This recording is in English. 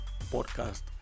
podcast